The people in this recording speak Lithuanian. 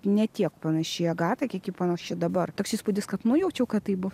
ne tiek panaši į agatą kiek ji panaši dabar toks įspūdis kad nujaučiau kad taip bus